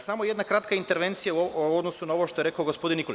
Samo jedna kratka intervencija u odnosu na ovo što je rekao gospodin Nikolić.